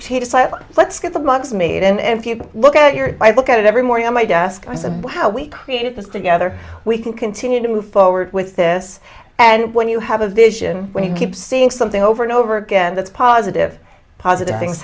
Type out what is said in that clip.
book let's get the mugs made and if you look at your i look at it every morning on my desk i said how we create this together we can continue to move forward with this and when you have a vision when you keep seeing something over and over again that's positive positive things